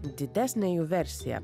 didesnę jų versiją